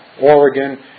Oregon